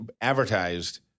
advertised